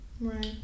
Right